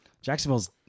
Jacksonville's